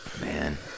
Man